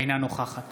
אינה נוכחת